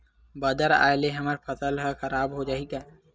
बादर आय ले हमर फसल ह खराब हो जाहि का?